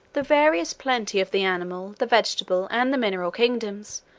the various plenty of the animal, the vegetable, and the mineral kingdoms,